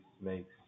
makes